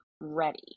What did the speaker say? ready